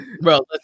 bro